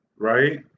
right